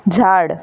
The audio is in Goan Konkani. झाड